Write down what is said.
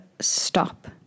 stop